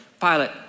Pilate